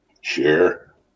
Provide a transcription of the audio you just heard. sure